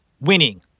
winning